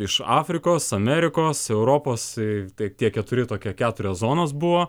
iš afrikos amerikos europos taip tie keturi tokie keturios zonos buvo